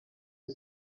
ngo